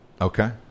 okay